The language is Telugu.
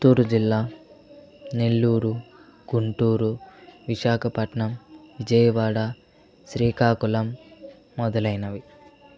చిత్తూరు జిల్లా నెల్లూరు గుంటూరు విశాఖపట్నం విజయవాడ శ్రీకాకుళం మొదలైనవి